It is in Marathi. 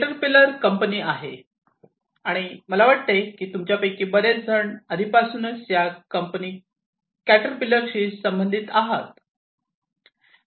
केटरपिलर कंपनी आहे आणि मला वाटते की तुमच्यापैकी बरेच जण आधीपासूनच या कंपनी कॅटरपिलरशी परिचित आहात